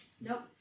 Nope